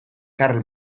karl